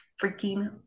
freaking